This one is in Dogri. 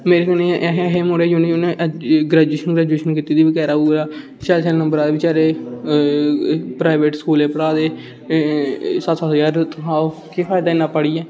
मेरे कन्नै ऐहे ऐहे मुड़ें जुनें जुनें ग्रैजुएशन ग्रुजुएशन कीती दी बेचारा ओह् जेह्ड़ा शैल शैल नंबर आए बचैरे दे प्राइवेट स्कूलें च पढ़ा ते सत्त सत्त ज्हार तनखा केह् फायदा इन्ना पढ़ियै